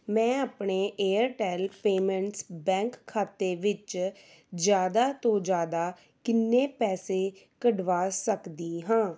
ਮੈਂ ਆਪਣੇ Airtel payments bank ਖਾਤੇ ਵਿੱਚ ਜ਼ਿਆਦਾ ਤੋਂ ਜ਼ਿਆਦਾ ਕਿੰਨੇ ਪੈਸੇ ਕੱਢਵਾ ਸਕਦੀ ਹਾਂ